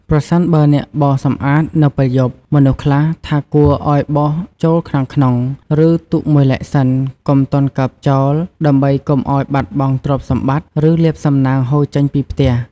ប្រសិនបើអ្នកបោសសម្អាតនៅពេលយប់ មនុស្សខ្លះថាគួរឱ្យបោសចូលខាងក្នុង ឬទុកមួយឡែកសិន កុំទាន់កើបចោល ដើម្បីកុំឱ្យបាត់បង់ទ្រព្យសម្បត្តិ ឬ លាភសំណាងហូរចេញពីផ្ទះ ។